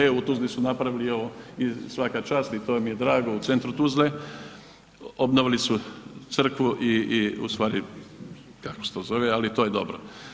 E u Tuzli su napravili i svaka čast i to mi je drago u centru Tuzle obnovili su crkvu i ustvari kako se to zove ali to je dobro.